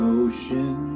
ocean